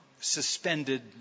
suspended